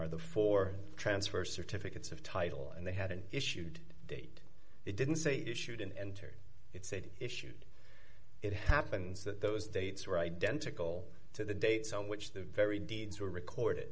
or the four d transfer certificates of title and they had an issued date it didn't say issued and entered it said issued it happens that those dates were identical to the dates on which the very deeds were record